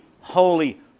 holy